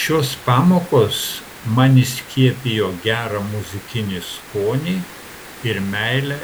šios pamokos man įskiepijo gerą muzikinį skonį ir meilę